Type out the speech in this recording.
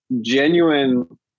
genuine